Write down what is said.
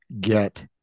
get